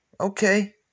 Okay